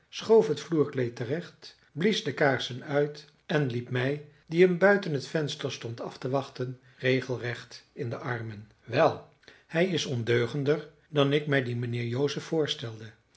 het vloerkleed terecht blies de kaarsen uit en liep mij die hem buiten het venster stond af te wachten regelrecht in de armen illustratie joseph harrison kwam naar buiten wel hij is ondeugender dan ik mij dien mijnheer joseph voorstelde